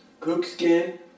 Cookskin